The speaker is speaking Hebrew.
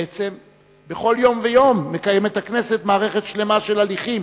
בעצם בכל יום ויום מקיימת הכנסת מערכת שלמה של הליכים